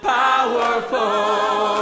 powerful